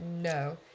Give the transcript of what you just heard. no